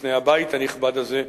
בפני הבית הנכבד הזה,